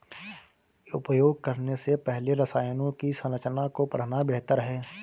उपयोग करने से पहले रसायनों की संरचना को पढ़ना बेहतर है